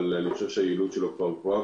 אבל אני חושב שהיעילות של הכלי הזה היא כבר גבוהה,